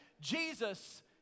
Jesus